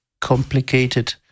complicated